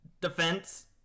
defense